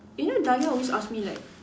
you know Dahlia always ask me like